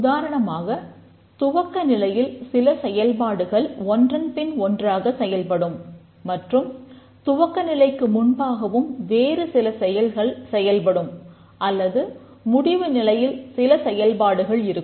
உதாரணமாக துவக்க நிலையில் சில செயல்பாடுகள் ஒன்றன்பின் ஒன்றாக செயல்படும் மற்றும் துவக்க நிலைக்கு முன்பாகவும் வேறு சில செயல்கள் செயல்படும் அல்லது முடிவு நிலையில் சில செயல்பாடுகள் இருக்கும்